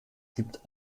gibt